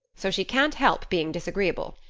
so she can't help being disagreeable.